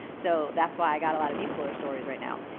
so that's why i got a lot of b-schooler stories right now.